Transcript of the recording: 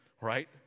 right